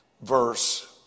verse